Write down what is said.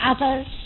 others